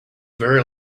very